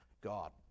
God